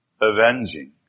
avenging